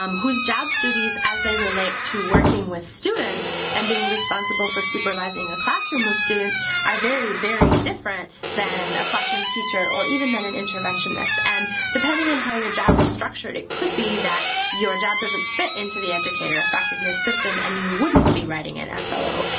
um whose job's duties as they relate to working with students and being responsible for supervising a classroom of students are very, very different than a classroom teacher or even, then, an interventionist. and depending on how your job is structured, it could be that your job doesn't fit into the educator effectiveness system, and you wouldn't be writing an ah slo.